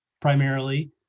primarily